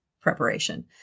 preparation